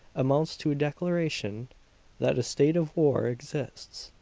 amounts to a declaration that a state of war exists.